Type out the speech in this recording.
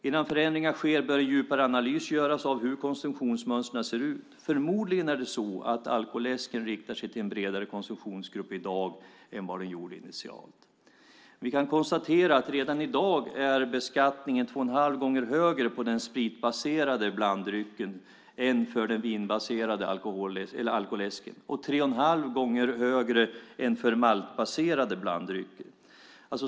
Innan förändringar sker bör en djupare analys göras av hur konsumtionsmönstren ser ut. Förmodligen riktar sig alkoläsken till en bredare konsumtionsgrupp i dag än vad den gjorde initialt. Vi kan konstatera att redan i dag är beskattningen två och en halv gånger högre på den spritbaserade blanddrycken än för den vinbaserade alkoläsken och tre och en halv gånger högre än för maltbaserade blanddrycker.